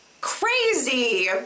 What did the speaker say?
crazy